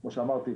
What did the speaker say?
כפי שאמרתי,